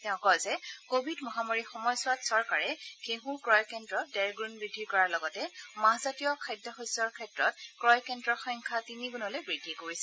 তেওঁ কয় যে কোভিড মহামাৰীৰ সময়ছোৱাত চৰকাৰে ঘেঁছৰ ক্ৰয় কেদ্ৰ ডেৰ গুণ বৃদ্ধি কৰাৰ লগতে মাহজাতীয় খাদ্যশস্যৰ ক্ষেত্ৰত ক্ৰয় কেন্দ্ৰৰ সংখ্যা তিনি গুণলৈ বৃদ্ধি কৰিছে